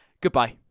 goodbye